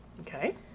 Okay